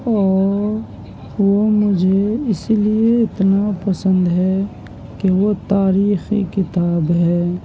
اور وہ مجھے اس لیے اتنا پسند ہے کہ وہ تاریخی کتاب ہے